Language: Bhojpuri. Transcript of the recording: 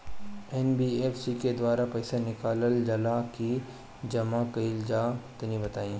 एन.बी.एफ.सी के द्वारा पईसा निकालल जला की जमा कइल जला तनि बताई?